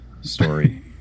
story